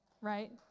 right